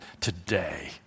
today